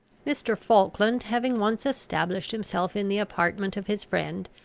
mr. falkland having once established himself in the apartment of his friend,